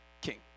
king